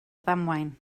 ddamwain